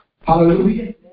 Hallelujah